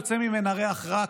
יוצא ממנה ריח רע,